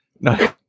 no